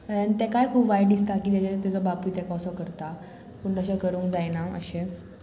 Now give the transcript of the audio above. तेकाय खूब वायट दिसता की तेजे तेजो बापूय तेका असो करता पूण तशें करूंक जायना अशें